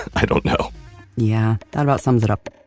i don't know yeah, that about sums it up